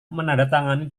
menandatangani